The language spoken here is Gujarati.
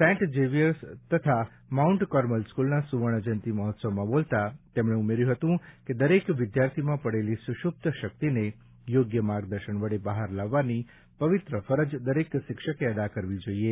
સેન્ટ ઝેવિયર્સ તથા માઉન્ટ કાર્મેલ સ્કૂલના સુવર્ણજયંતિ મહોત્સવમાં બોલતા તેમણે ઉમેર્યું હતું કે દરેક વિદ્યાર્થીમાં પડેલી સુષુપ્ત શક્તિને યોગ્ય માર્ગદર્શન વડે બહાર લાવવાની પવિત્ર ફરજ દરેક શિક્ષકે અદા કરવી જોઈએ